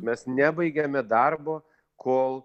mes nebaigiame darbo kol